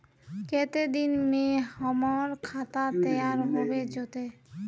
केते दिन में हमर खाता तैयार होबे जते?